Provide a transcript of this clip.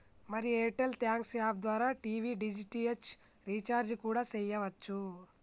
మరి Airtel thanks app ద్వారా TV DTH recharge కూడా సెయ్యవచ్చు